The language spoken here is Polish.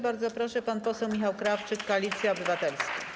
Bardzo proszę, pan poseł Michał Krawczyk, Koalicja Obywatelska.